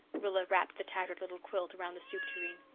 rilla wrapped the tattered little quilt around the soup tureen.